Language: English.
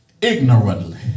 ignorantly